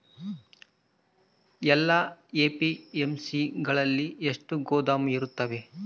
ಎಲ್ಲಾ ಎ.ಪಿ.ಎಮ್.ಸಿ ಗಳಲ್ಲಿ ಎಷ್ಟು ಗೋದಾಮು ಇರುತ್ತವೆ?